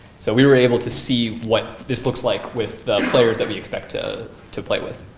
so we were able to see what this looks like with the players that we expect to to play with.